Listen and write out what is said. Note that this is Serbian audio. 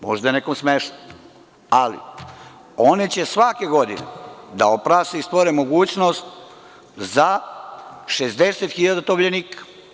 Možda je nekom smešno, ali one će svake godine da oprase i stvore mogućnost za 60.000 tovljenika.